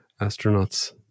astronauts